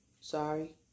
Sorry